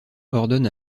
ordonne